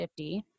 50